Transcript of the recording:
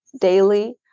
daily